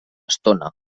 estona